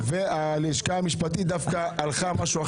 הלשכה המשפטית דווקא הלכה על משהו אחר.